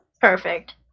Perfect